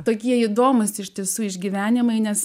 tokie įdomūs ištisu išgyvenimai nes